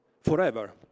forever